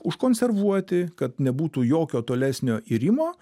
užkonservuoti kad nebūtų jokio tolesnio irimo